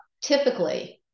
typically